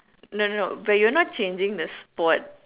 no no no but you're not changing the sport